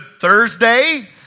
Thursday